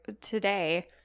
today